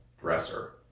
dresser